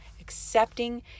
accepting